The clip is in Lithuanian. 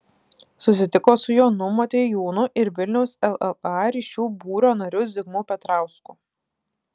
susitiko su jonu motiejūnu ir vilniaus lla ryšių būrio nariu zigmu petrausku